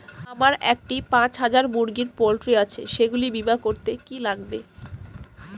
আমার একটি পাঁচ হাজার মুরগির পোলট্রি আছে সেগুলি বীমা করতে কি লাগবে?